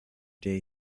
day